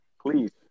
Please